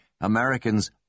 Americans